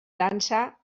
dansa